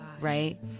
Right